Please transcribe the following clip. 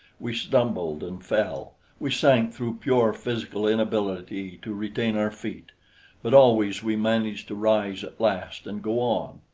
we stumbled and fell we sank through pure physical inability to retain our feet but always we managed to rise at last and go on.